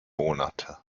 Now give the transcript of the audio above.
monate